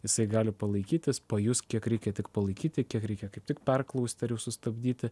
jisai gali palaikyt jis pajus kiek reikia tik palaikyti kiek reikia kaip tik perklausti ar jau sustabdyti